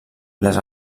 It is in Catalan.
les